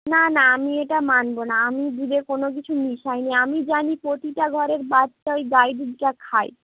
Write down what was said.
না না আমি এটা মানবো না আমি দুধে কোনো কিছু মিশাই নি আমি জানি প্রতিটা ঘরের বাচ্চা ওই গাই দুধটা খায়